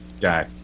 guy